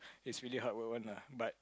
he's really heart lah but